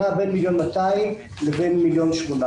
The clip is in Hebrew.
הוא נע בין מיליון ו-200 אלף שקלים לבין מיליון ו-800